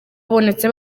wabonetse